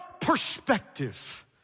perspective